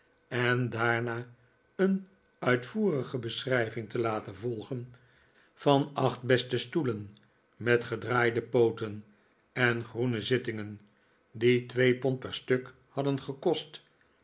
en daarna een uitvoerige beschrijving te laten volgen van acht beste stoelen met gedraaide pooten en groene zittingen die twee pond per stuk hadden gekost